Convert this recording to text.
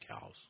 cows